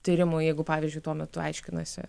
tyrimui jeigu pavyzdžiui tuo metu aiškinasi